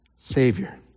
savior